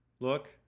Look